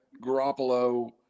Garoppolo